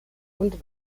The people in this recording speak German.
und